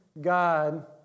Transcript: God